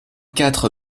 quatre